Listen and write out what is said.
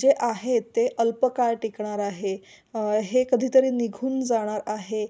जे आहे ते अल्पकाळ टिकणार आहे हे कधीतरी निघून जाणार आहे